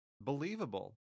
Believable